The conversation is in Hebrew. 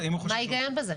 מה ההיגיון בזה?